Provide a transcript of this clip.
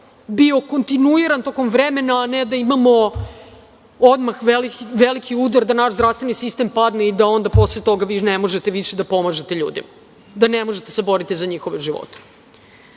bio kontinuiran tokom vremena, a ne da imamo odmah veliki udar, da naš zdravstveni sistem padne i da onda posle toga vi ne možete više da pomažete ljudima, da ne možete da se borite za njihove živote. Mi